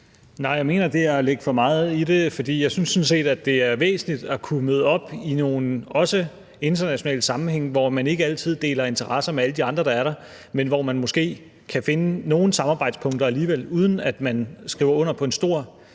Nej, jeg mener, det er at lægge for meget i det. For jeg synes sådan set, det er væsentligt at kunne møde op i nogle også internationale sammenhæng, hvor man ikke altid deler interesser med alle de andre, der er der, men hvor man måske kan finde nogle samarbejdspunkter alligevel, uden at man skriver under på en stor